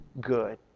good